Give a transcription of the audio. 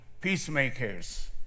peacemakers